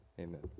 Amen